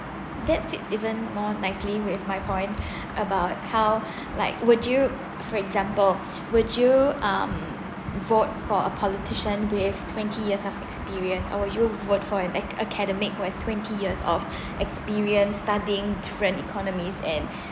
that sits even more nicely with my point about how like would you for example would you um vote for a politician with twenty years of experience or would you vote for an ac~ academic who has twenty years of experience studying different economies and